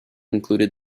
included